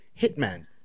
Hitman